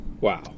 Wow